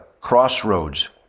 crossroads